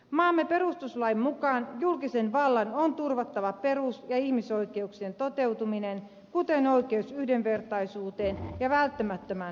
maamme perustuslain mukaan julkisen vallan on turvattava perus ja ihmisoikeuksien toteutuminen kuten oikeus yhdenvertaisuuteen ja välttämättömään huolenpitoon